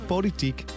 Politiek